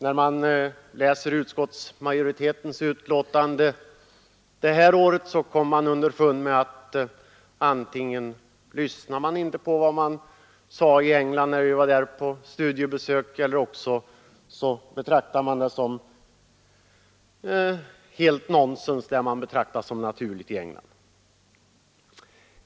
När man läser detta utskottsbetänkande får man en känsla av att ledamöterna antingen inte lyssnade på vad som sades under studiebesöket i England eller också tycker att det som betraktas som naturligt i England är rent nonsens.